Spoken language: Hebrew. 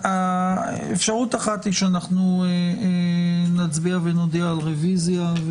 האפשרות האחת שאנחנו נצביע ונודיע על רביזיה.